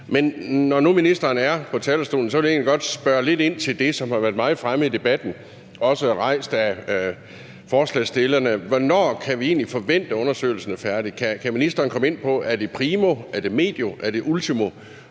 Men når nu ministeren er på talerstolen, vil jeg egentlig godt spørge lidt ind til det, som har været meget fremme i debatten og også er blevet rejst af forslagsstillerne: Hvornår kan vi egentlig forvente at undersøgelsen er færdig? Kan ministeren komme ind på, om det er primo, medio eller ultimo